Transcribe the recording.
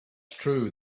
true